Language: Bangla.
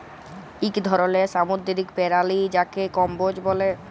ইক ধরলের সামুদ্দিরিক পেরালি যাকে কম্বোজ ব্যলে